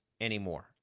anymore